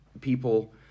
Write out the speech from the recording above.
people